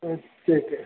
okay okay